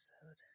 episode